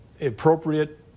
appropriate